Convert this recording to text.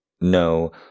No